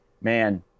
man